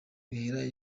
bihera